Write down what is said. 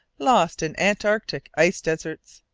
lost in antarctic ice-deserts.